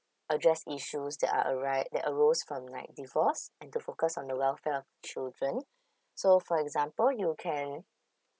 address issues that are arise that arose from like divorce and to focus on the welfare of children so for example you can